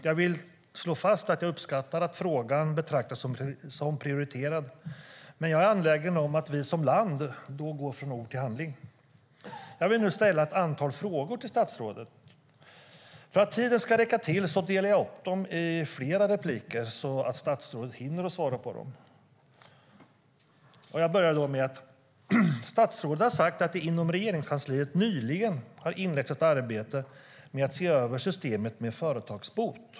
Jag vill slå fast att jag uppskattar att frågan betraktas som prioriterad, men jag är angelägen om att vi som land går från ord till handling. Jag vill nu ställa ett antal frågor till statsrådet. Jag ska dela upp dem över flera inlägg så att statsrådet hinner svara på dem. Statsrådet har sagt att det inom Regeringskansliet nyligen har inletts ett arbete med att se över systemet med företagsbot.